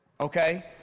okay